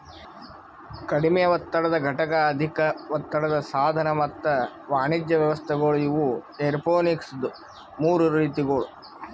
ಕಡಿಮೆ ಒತ್ತಡದ ಘಟಕ, ಅಧಿಕ ಒತ್ತಡದ ಸಾಧನ ಮತ್ತ ವಾಣಿಜ್ಯ ವ್ಯವಸ್ಥೆಗೊಳ್ ಇವು ಏರೋಪೋನಿಕ್ಸದು ಮೂರು ರೀತಿಗೊಳ್